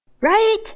Right